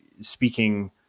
speaking